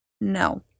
no